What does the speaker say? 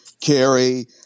carry